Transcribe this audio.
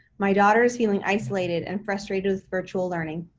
my daughter is feeling isolated and frustrated with virtual learning.